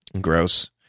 gross